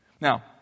now